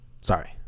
sorry